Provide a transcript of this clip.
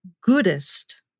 goodest